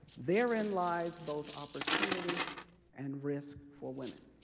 therein lies both opportunity and risk for women.